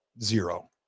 zero